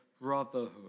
brotherhood